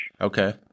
Okay